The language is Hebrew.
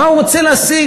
מה הוא רוצה להשיג?